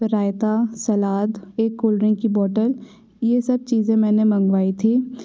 रायता salad एक cold drink की बोतल ये सब चीज़ें मैंने मंगवाई थी